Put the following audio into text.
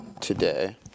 today